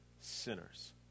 sinners